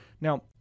now